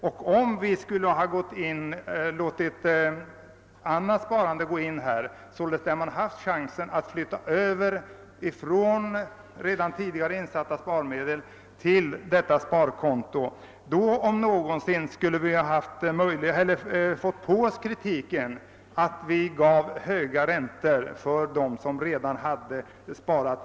Och om vi skulle ha låtit annat sparande gå in här — man skulle således ha haft chansen att flytta över tidigare insatta sparmedel till detta sparkonto — skulle vi verkligen ha fått kritik på oss för att vi gav höga räntor åt dem som redan har sparmedel.